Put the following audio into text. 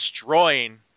destroying